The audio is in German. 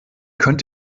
könnt